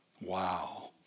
Wow